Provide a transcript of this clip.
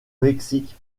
mexique